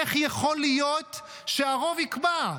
איך יכול להיות שהרוב יקבע?